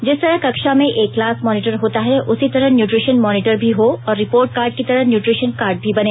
जिस तरह कक्षा में एक क्लास मॉनीटर होता है उसी तरह न्यूट्रीशन मॉनीटर भी हो और रिपोर्ट कार्ड की तरह न्यूट्रीशन कार्ड भी बने